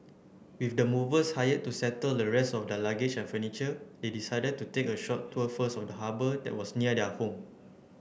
with the movers hired to settle the rest of their luggage and furniture they decided to take a short tour first of the harbour that was near their home